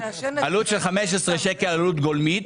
עלות של 15 שקלים, עלות גולמית,